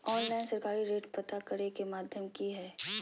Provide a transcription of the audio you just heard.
Online सरकारी rate पता करे के माध्यम की हय?